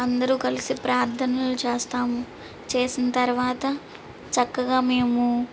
అందరూ కలిసి ప్రార్థనలు చేస్తాము చేసిన తర్వాత చక్కగా మేము